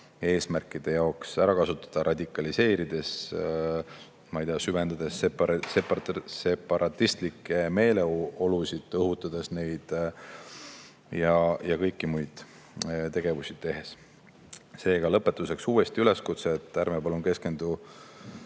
eesmärkide jaoks ära kasutada, neid radikaliseerides, ma ei tea, süvendades separatistlikke meeleolusid, neid tagant õhutades ja kõiki muid tegevusi kasutades. Seega, lõpetuseks uuesti üleskutse: ärme palun keskendume